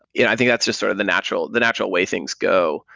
yeah i think that's just sort of the natural the natural way things go.